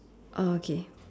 okay